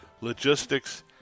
logistics